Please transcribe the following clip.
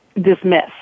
dismiss